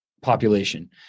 population